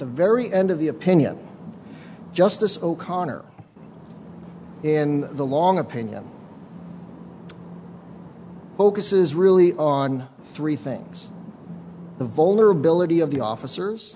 the very end of the opinion justice o'connor in the long opinion focus is really on three things the vulnerability of the officers